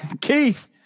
Keith